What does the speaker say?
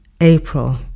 April